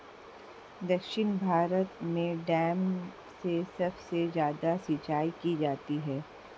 दक्षिण भारत में डैम से सबसे ज्यादा सिंचाई की जाती है